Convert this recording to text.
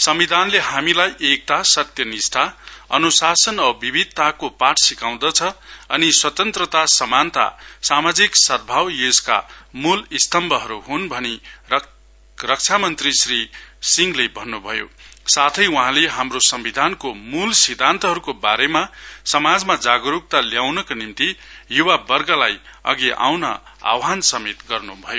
सविधानले हामीलाई एकता सत्य निष्ठा अनुशासन औ विविधताको पाठ सिकाउँदछ अनि स्वतन्त्रता समानता सामाजिक सदभावना यसको मूल स्तम्गहरु हुन् भनि रक्षा मन्त्री श्री सिंहले भन्नुभयो साथै वहाँले हाम्रो सविधानको मुल सिद्धान्तहरुको बारेमा समाजमा जागरुक्ता ल्याउँनको निम्ति युवावर्गलाई अघि आउँन आह्वान गर्नु भयो